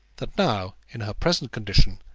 that now, in her present condition,